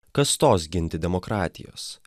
kas stos ginti demokratijos